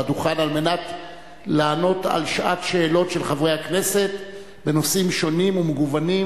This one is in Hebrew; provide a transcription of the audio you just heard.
הדוכן על מנת לענות בשעת שאלות של חברי הכנסת בנושאים שונים ומגוונים.